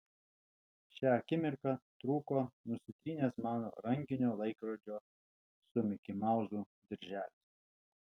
šią akimirką trūko nusitrynęs mano rankinio laikrodžio su mikimauzu dirželis